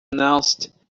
announced